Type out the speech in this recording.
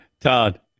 Todd